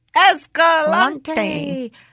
Escalante